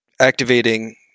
activating